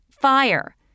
Fire